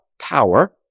power